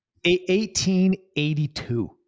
1882